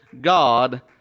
god